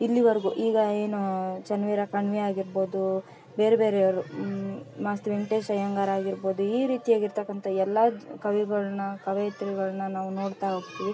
ಇಲ್ಲಿವರ್ಗು ಈಗ ಏನು ಚನ್ನವೀರ ಕಣ್ವಿ ಆಗಿರ್ಬೋದು ಬೇರೆ ಬೇರೆ ಅವರು ಮಾಸ್ತಿ ವೆಂಕಟೇಶ ಅಯ್ಯಂಗಾರ್ ಆಗಿರ್ಬೋದು ಈ ರೀತಿ ಆಗಿರ್ತಕಂಥ ಎಲ್ಲ ಕವಿಗಳನ್ನು ಕವಯತ್ರಿಗಳನ್ನು ನಾವು ನೋಡ್ತಾ ಹೋಗ್ತೀವಿ